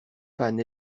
panne